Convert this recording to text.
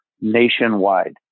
nationwide